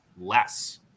less